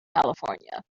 california